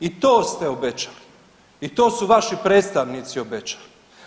I to ste obećali i to su vaši predstavnici obećali.